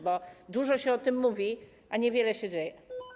Bo dużo się o tym mówi, a niewiele się dzieje.